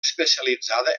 especialitzada